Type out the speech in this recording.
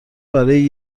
برای